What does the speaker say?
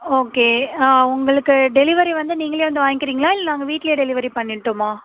okay உங்களுக்கு delivery வந்து நீங்களே வந்து வாய்ங்க்கிறீங்களா இல்லை நாங்கள் வீட்டிலே டெலிவரி பண்ணிடட்டுமா